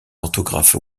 orthographe